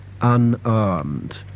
unarmed